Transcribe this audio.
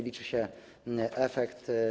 Liczy się efekt.